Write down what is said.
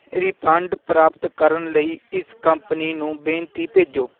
refund ਪ੍ਰਾਪਤ ਕਰਨ ਲਈ ਇਸ ਕੰਪਨੀ ਨੂੰ ਬੇਨਤੀ ਭੇਜੋ